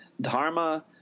Dharma